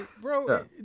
Bro